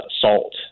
salt